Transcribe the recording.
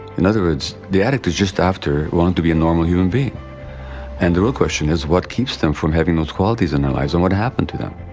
in other words, the addict is just after wanting to be a normal human being and the real question is, what keeps them from having those qualities in their lives and what happened to them?